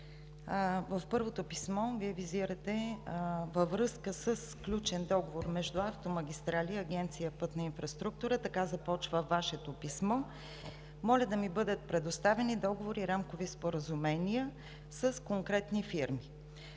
в първото писмо Вие визирате: „Във връзка със сключен договор между „Автомагистрали“ и Агенция „Пътна инфраструктура“ – така започва Вашето писмо – „моля да ми бъдат предоставени договори и рамкови споразумения с конкретни фирми!“.